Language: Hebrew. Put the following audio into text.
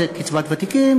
זה יהיה קצבת ותיקים,